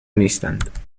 نیستند